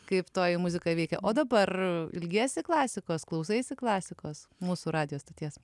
kaip toji muzika veikia o dabar ilgiesi klasikos klausaisi klasikos mūsų radijo stoties